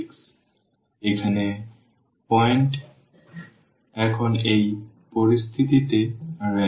সুতরাং এখানে পয়েন্ট এখন এই পরিস্থিতিতে রেংক